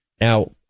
Now